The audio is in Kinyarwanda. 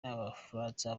n’abafaransa